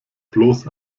bloß